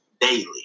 daily